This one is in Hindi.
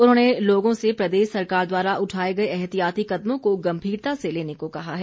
उन्होंने लोगों से प्रदेश सरकार द्वारा उठाए गए एहतियाती कदमों को गंभीरता से लेने को कहा है